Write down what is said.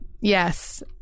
Yes